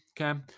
Okay